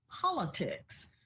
politics